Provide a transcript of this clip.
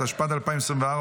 התשפ"ד 2024,